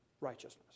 righteousness